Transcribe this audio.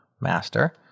master